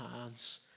hands